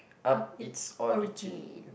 up it's origin